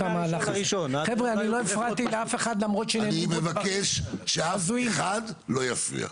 אני מבקש שאף אחד לא יפריע.